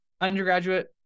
undergraduate